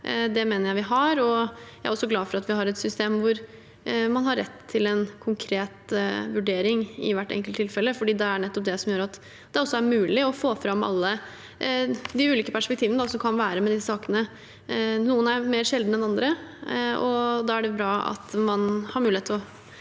Det mener jeg vi har. Jeg er også glad for at vi har et system hvor man har rett til en konkret vurdering i hvert enkelt tilfelle, for det er nettopp det som gjør at det er mulig å få fram alle de ulike perspektivene som kan være i disse sakene. Noen er mer sjeldne enn andre, og da er det bra at man har mulighet til å